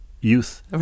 youth